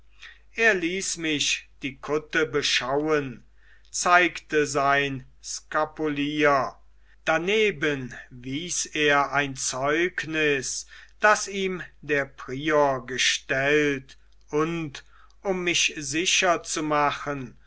er ließ mich die kutte beschauen zeigte sein skapulier daneben wies er ein zeugnis das ihm der prior gestellt und um mich sicher zu machen